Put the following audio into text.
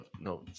no